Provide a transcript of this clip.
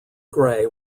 grey